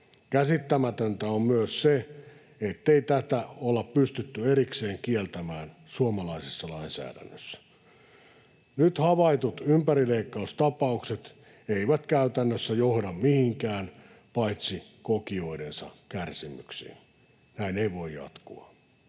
Käsittämätöntä on myös se, ettei tätä olla pystytty erikseen kieltämään suomalaisessa lainsäädännössä. Nyt havaitut ympärileikkaustapaukset eivät käytännössä johda mihinkään paitsi kokijoidensa kärsimyksiin. Näin ei voi jatkua.